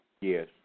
yes